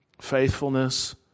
faithfulness